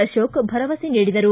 ಅಶೋಕ ಭರವಸೆ ನೀಡಿದರು